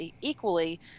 equally